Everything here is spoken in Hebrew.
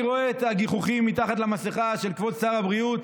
אני רואה את הגיחוכים מתחת למסכה של כבוד שר הבריאות,